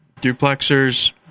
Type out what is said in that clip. Duplexers